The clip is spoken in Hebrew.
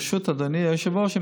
ברשות אדוני היושב-ראש,